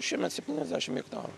šiemet septyniasdešim hektarų